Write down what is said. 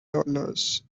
dollars